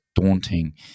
daunting